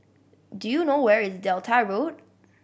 do you know where is Delta Road